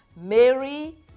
Mary